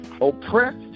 oppressed